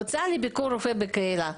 עבור ביקור רופא בקהילה,